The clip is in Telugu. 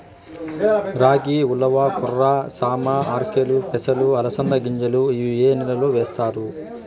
రాగి, ఉలవ, కొర్ర, సామ, ఆర్కెలు, పెసలు, అలసంద గింజలు ఇవి ఏ నెలలో వేస్తారు?